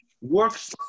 Works